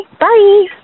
Bye